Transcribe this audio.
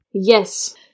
Yes